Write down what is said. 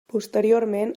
posteriorment